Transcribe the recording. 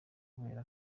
kubera